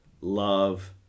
love